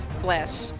flesh